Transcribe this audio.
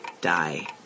die